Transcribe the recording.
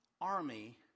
army